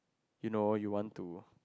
you know you want to